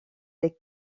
dès